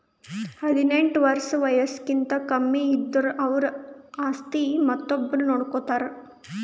ಹದಿನೆಂಟ್ ವರ್ಷ್ ವಯಸ್ಸ್ಕಿಂತ ಕಮ್ಮಿ ಇದ್ದುರ್ ಅವ್ರ ಆಸ್ತಿ ಮತ್ತೊಬ್ರು ನೋಡ್ಕೋತಾರ್